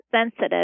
sensitive